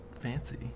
fancy